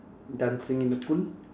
dancing in the pool